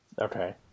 Okay